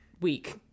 week